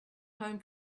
home